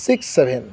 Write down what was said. six seven